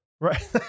right